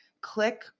Click